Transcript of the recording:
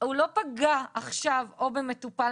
הוא לא פגע עכשיו או במטופל,